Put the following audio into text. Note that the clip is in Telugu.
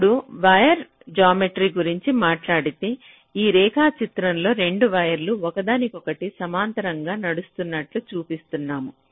ఇప్పుడు వైర్ జామెట్రీ గురించి మాట్లాడితే ఈ రేఖ చిత్రంలో 2 వైర్లు ఒకదానికొకటి సమాంతరంగా నడుస్తున్నట్లు చూపిస్తాము